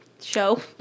show